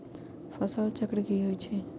फसल चक्र की होई छै?